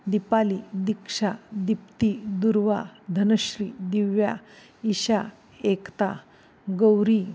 Dipali Diksha Dipti Durva Dhanashree Divya Isha Ekta Gauri